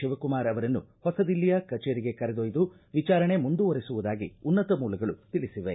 ಶಿವಕುಮಾರ್ ಅವರನ್ನು ಹೊಸದಿಲ್ಲಿಯ ಕಚೇರಿಗೆ ಕರೆದೊಯ್ದು ವಿಚಾರಣೆ ಮುಂದುವರಿಸುವುದಾಗಿ ಉನ್ನತ ಮೂಲಗಳು ತಿಳಿಸಿವೆ